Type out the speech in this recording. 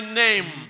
name